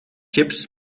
chips